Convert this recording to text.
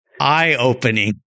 eye-opening